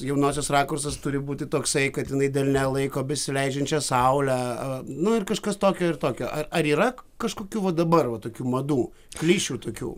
jaunosios rakursas turi būti toksai kad jinai delne laiko besileidžiančią saulę nu ir kažkas tokio ir tokio ar yra kažkokių va dabar va tokių madų klišių tokių